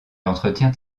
entretient